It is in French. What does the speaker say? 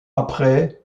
après